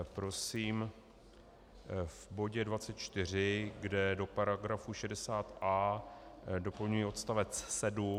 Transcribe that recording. Prosím v bodě 24, kde do § 60a doplňuji odstavec 7.